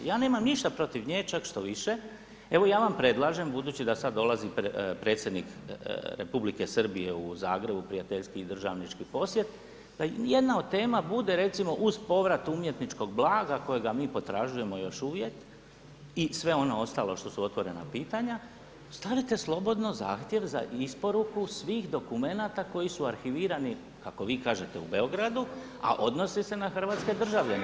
Ja nemam ništa protiv nje, čak štoviše, evo ja vam predlažem budući da sada dolazi predsjednik Republike Srbije u Zagreb u prijateljski državnički posjet, da jedna od tema bude recimo uz povrat umjetničkog blaga kojega mi potražujemo još uvijek i sve ono ostalo što su otvorena pitanja, stavite slobodno zahtjev za isporuku svih dokumenata koji su arhivirani kako vi kažete u Beogradu, a odnose se na hrvatske državljane.